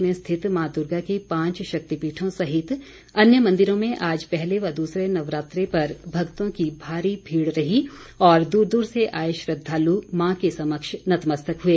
प्रदेश में रिथित मां दुर्गा के पांच शक्तिपीठों सहित अन्य मंदिरों में आज पहले व दूसरे नवरात्रें पर भक्तों की भारी भीड़ रही और दूर दूर से आए श्रद्धालु मां के समक्ष नतमस्तक हुए